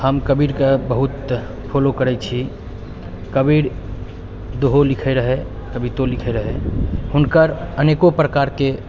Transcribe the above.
हम कबीरके बहुत फॉलो करै छी कबीर दोहो लिखै रहै कवितो लिखै रहै हुनकर अनेको प्रकारके